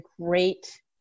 great